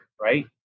Right